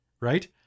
right